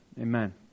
Amen